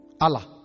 Allah